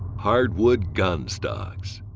hardwood gunstocks